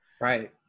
Right